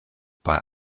bei